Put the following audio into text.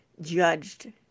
judged